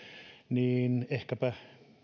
niin ehkäpä